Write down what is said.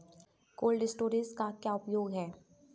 Cold storage का क्या उपयोग है?